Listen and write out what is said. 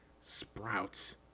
sprouts